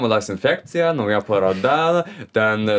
mados infekcija nauja paroda ten